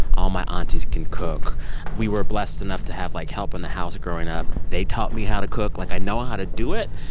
all my aunties can cook we were blessed enough to have like help in the house growing up. they taught me how to cook. like i know how to do it,